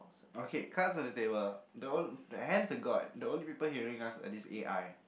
okay cards on the table the hand on god the only people hearing us is the A_I